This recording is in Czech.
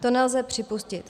To nelze připustit.